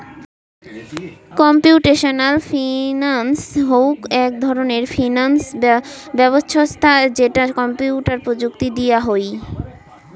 computational finance হউক এক ধরণের ফিনান্স ব্যবছস্থা যেটা কম্পিউটার প্রযুক্তি দিয়া হুই